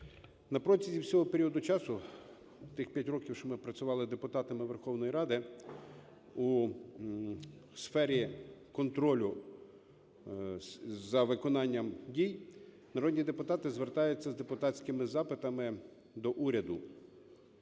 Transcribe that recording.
На протязі всього періоду часу, тих 5 років, що ми працювали депутатами Верховної Ради, у сфері контролю за виконанням дій народні депутати звертаються з депутатськими запитами до уряду,